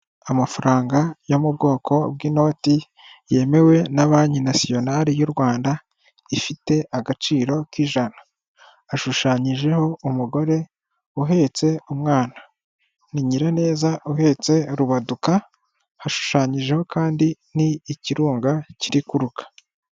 Amafaranga yo mu bwoko bw'inoti yemewe na Banki nasiyonale y'u Rwanda ifite agaciro k'ijana ashushanyijeho umugore uhetse umwana ni Nyiraneza uhetse Rubaduka hashushanyijeho kandi n'ikirunga kiri kuruka.